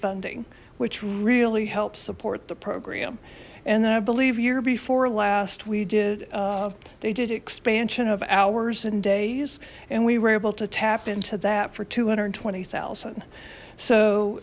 funding which really helps support the program and then i believe year before last we did they did expansion of hours and days and we were able to tap into that for two hundred and twenty thousand so